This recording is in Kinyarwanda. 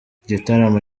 igitaramo